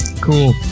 Cool